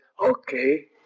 Okay